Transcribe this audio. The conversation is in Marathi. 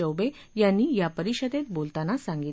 चौबे यांनी या परिषदेत बोलताना सांगितलं